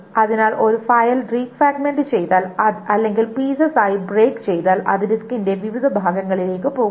അതിനാൽ ഒരു file defragment ചെയ്താൽ അല്ലെങ്കിൽ പീസസ് ആയി ബ്രേക്ക് ചെയ്താൽ അത് ഡിസ്കിന്റെ വിവിധ ഭാഗങ്ങളിലേക്ക് പോകുന്നു